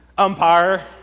Umpire